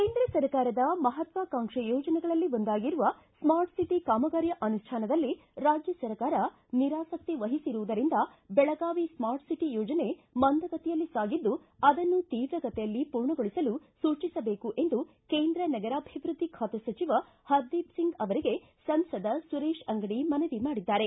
ಕೇಂದ್ರ ಸರ್ಕಾರದ ಮಹತ್ವಾಕಾಂಕ್ಷೆ ಯೋಜನೆಗಳಲ್ಲಿ ಒಂದಾಗಿರುವ ಸ್ನಾರ್ಟ್ ಸಿಟಿ ಕಾಮಗಾರಿಯ ಅನುಷ್ಠಾನದಲ್ಲಿ ರಾಜ್ಯ ಸರ್ಕಾರ ನಿರಾಸಕ್ತಿ ವಹಿಸಿರುವುದರಿಂದ ಬೆಳಗಾವಿ ಸ್ಕಾರ್ಟ್ ಸಿಟಿ ಯೋಜನೆ ಮಂದ ಗತಿಯಲ್ಲಿ ಸಾಗಿದ್ದು ಆದನ್ನು ತೀವ್ರಗತಿಯಲ್ಲಿ ಪೂರ್ಣಗೊಳಿಸಲು ಸೂಚಿಸಬೇಕು ಎಂದು ಕೇಂದ್ರ ನಗರಾಭಿವೃದ್ದಿ ಖಾತೆ ಸಚಿವ ಪರ್ದೀಪ್ ಸಿಂಗ್ ಅವರಿಗೆ ಸಂಸದ ಸುರೇಶ ಅಂಗಡಿ ಮನವಿ ಮಾಡಿದ್ದಾರೆ